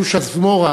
שושה זמורה,